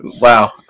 Wow